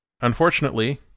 Unfortunately